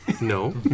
No